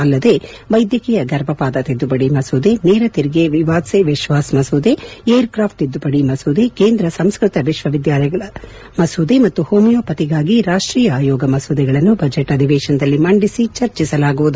ಅಲ್ಲದೇ ವೈದ್ಯಕೀಯ ಗರ್ಭಪಾತ ತಿದ್ದುಪಡಿ ಮಸೂದೆ ನೇರ ತೆರಿಗೆ ವಿವಾದ್ ಸೇ ವಿಶ್ವಾಸ್ ಮಸೂದೆ ಏರ್ ಕ್ರಾಫ್ಟ್ ತಿದ್ದುಪಡಿ ಮಸೂದೆ ಕೇಂದ್ರ ಸಂಸ್ಕೃತ ವಿಶ್ವವಿದ್ಯಾಲಯಗಳ ಮಸೂದೆ ಮತ್ತು ಹೋಮಿಯೋಪಥಿಗಾಗಿ ರಾಷ್ಟೀಯ ಆಯೋಗ ಮಸೂದೆಗಳನ್ನು ಬಜೆಟ್ ಅಧಿವೇಶನದಲ್ಲಿ ಮಂಡಿಸಿ ಚರ್ಚಿಸಲಾಗುವುದು